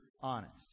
honest